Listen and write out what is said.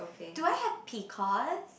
do I have